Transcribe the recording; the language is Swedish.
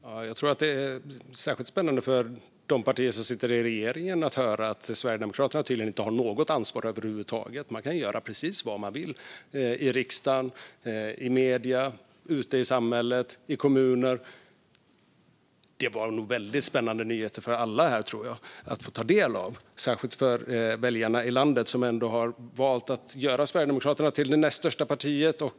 Fru talman! Jag tror att det är särskilt spännande för de partier som sitter i regeringen att höra att Sverigedemokraterna tydligen inte har något ansvar över huvud taget. Man kan göra precis vad man vill i riksdagen, i medierna, i kommunerna och ute i samhället. Det var nog väldigt spännande nyheter för alla här att få ta del av, tror jag - och särskilt för väljarna i landet, som ändå har valt att göra Sverigedemokraterna till det näst största partiet.